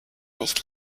nicht